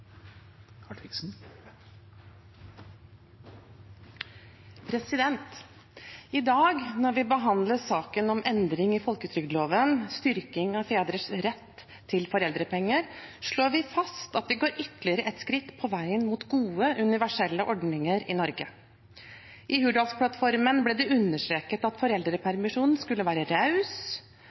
I dag, når vi behandler saken om endringer i folketrygdloven, styrking av fedres rett til foreldrepenger, slår vi fast at vi går ytterligere et skritt på veien mot gode universelle ordninger i Norge. I Hurdalsplattformen ble det understreket at foreldrepermisjonen skulle være raus,